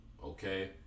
Okay